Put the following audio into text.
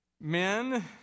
Men